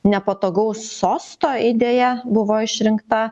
nepatogaus sosto idėja buvo išrinkta